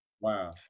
Wow